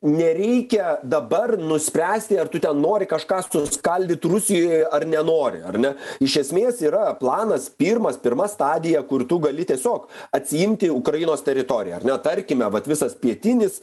nereikia dabar nuspręsti ar tu ten nori kažką suskaldyt rusijoje ar nenori ar ne iš esmės yra planas pirmas pirma stadija kur tu gali tiesiog atsiimti ukrainos teritoriją ar ne tarkime vat visas pietinis